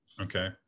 Okay